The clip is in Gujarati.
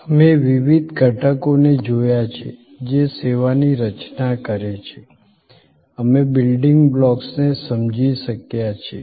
અમે વિવિધ ઘટકોને જોયા છે જે સેવાની રચના કરે છે અમે બિલ્ડિંગ બ્લોક્સને સમજી શક્યા છીએ